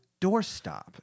doorstop